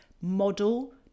model